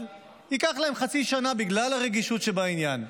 ייקח להם חצי שנה בגלל הרגישות שבעניין.